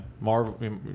Marvel